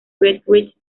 friedrich